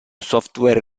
software